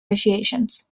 negotiations